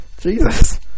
Jesus